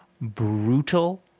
brutal